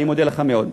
אני מודה לך מאוד.